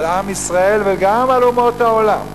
על עם ישראל וגם על אומות העולם.